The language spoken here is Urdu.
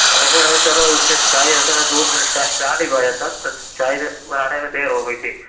ارے سر سر وہ اُس دِن چائے اصل میں دُودھ میں نہیں پایا تھا تو چائے میں بنانے میں دیر ہو گئی تھی